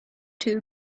too